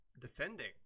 defending